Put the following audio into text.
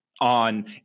on